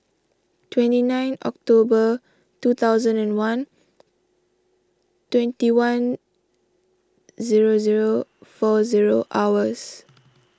twenty nine October two thousand and one twenty one zero zero four zero hours